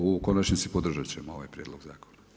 U konačnici podržat ćemo ovaj prijedlog zakona.